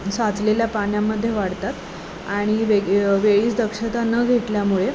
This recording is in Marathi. साचलेल्या पाण्यामध्ये वाढतात आणि वेग वेळीच दक्षता न घेतल्यामुळे